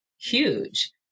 huge